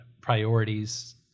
priorities